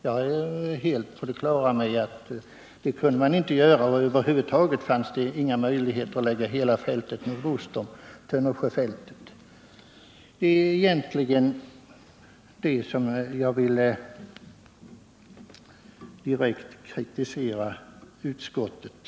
Jag är helt på det klara med att det inte finns någon möjlighet att lägga hela fältet nordöst om Tönnersjöfältet. Det är egentligen på den punkten som jag vill direkt kritisera utskottet.